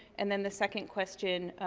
and then the second question,